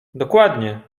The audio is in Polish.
dokładnie